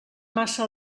massa